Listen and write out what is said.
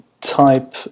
type